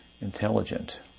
intelligent